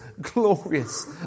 glorious